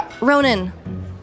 Ronan